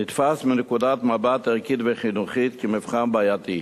נתפס מנקודת מבט ערכית וחינוכית כמבחן בעייתי,